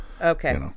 Okay